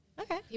okay